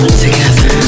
together